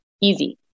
easy